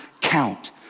count